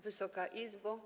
Wysoka Izbo!